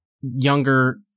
younger